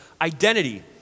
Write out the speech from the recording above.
identity